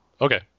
Okay